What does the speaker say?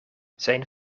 zijn